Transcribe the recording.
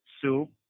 soup